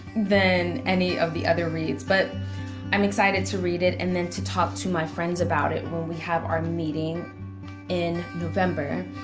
than any of the other reads but i'm excited to read it and then to talk to my friends about it when we have our meeting in november